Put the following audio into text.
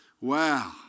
Wow